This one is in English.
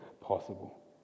possible